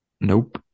Nope